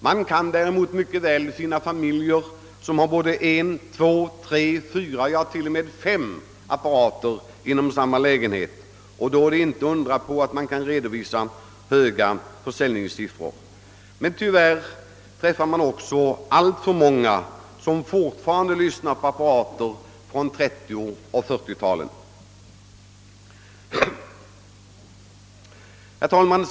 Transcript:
Man kan finna familjer som har två, tre eller fyra — ja, kanske till och med fem apparater i samma lägenhet, och då är det inte så underligt att man kan redovisa höga försäljningssiffror. Och tyvärr är det alltför många som fortfarande lyssnar på apparater från 1930-talet och 1940-talet.